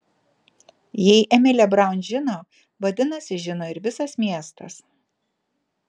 jei emilė braun žino vadinasi žino ir visas miestas